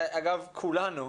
אגב, כולנו,